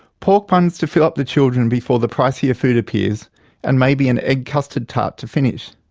pork buns to fill up the children before the pricier food appears and maybe an egg custard tart to finish.